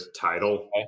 title